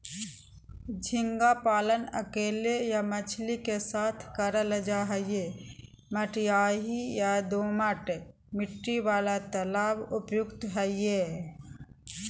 झींगा पालन अकेले या मछली के साथ करल जा हई, मटियाही या दोमट मिट्टी वाला तालाब उपयुक्त हई